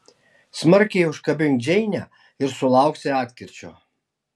smarkiai užkabink džeinę ir sulauksi atkirčio